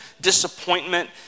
disappointment